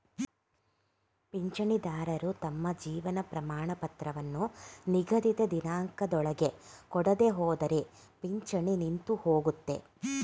ಪಿಂಚಣಿದಾರರು ತಮ್ಮ ಜೀವನ ಪ್ರಮಾಣಪತ್ರವನ್ನು ನಿಗದಿತ ದಿನಾಂಕದೊಳಗೆ ಕೊಡದೆಹೋದ್ರೆ ಪಿಂಚಣಿ ನಿಂತುಹೋಗುತ್ತೆ